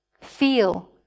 Feel